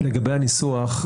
הניסוח,